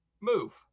move